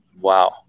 wow